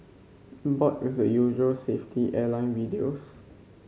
bored with the usual safety airline videos